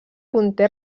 conté